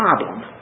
problem